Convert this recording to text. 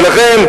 ולכן,